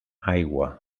aigua